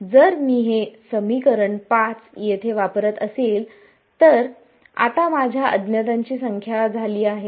जर मी हे समीकरण 5 येथे वापरत असेल तर आता माझ्या अज्ञाताची संख्या झाली आहे